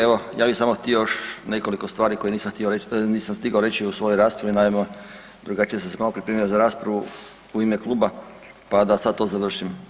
Evo, ja bih samo htio još nekoliko stvari koje nisam stigao reći u svojoj raspravi, naime, drugačije sam se malo pripremio za raspravu u ime kluba, pa da sad to završim.